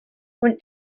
when